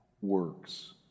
works